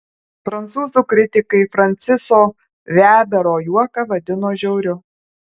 prancūzų kritikai franciso vebero juoką vadino žiauriu